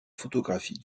photographie